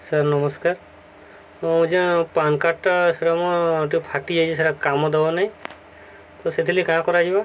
sir ନମସ୍କାର ହଁ ଯେଉଁ ପ୍ୟାନ୍କାର୍ଡ଼ଟା ସେଇଟା ମୋର ଟିକେ ଫାଟିଯାଇଛି ସେଟା କାମ ଦେବା ନାହିଁ ତ ସେଥିଲାଗି କାଁ କରାଯିବା